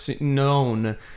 known